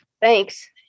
thanks